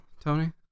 Tony